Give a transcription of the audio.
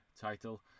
title